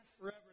forever